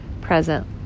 present